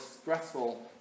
stressful